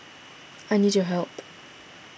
I need your help